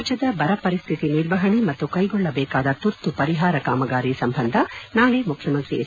ರಾಜ್ಬದ ಬರ ಪರಿಸ್ವಿತಿ ನಿರ್ವಹಣೆ ಮತ್ತು ಕೈಗೊಳ್ಳಬೇಕಾದ ತುರ್ತು ಪರಿಹಾರ ಕಾಮಗಾರಿ ಸಂಬಂಧ ನಾಳೆ ಮುಖ್ಚಮಂತ್ರಿ ಎಚ್